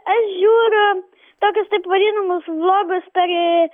aš žiūriu tokius taip vadinamus vlogus per